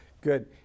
Good